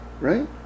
Right